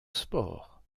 sport